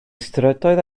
strydoedd